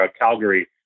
Calgary